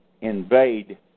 invade